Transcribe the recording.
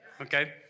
Okay